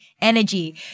energy